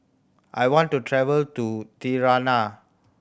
I want to travel to Tirana